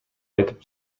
айтып